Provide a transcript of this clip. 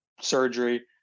surgery